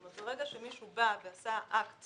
ברגע שמישהו בא ועשה אקט